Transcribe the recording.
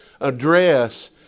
address